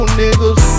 niggas